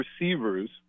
receivers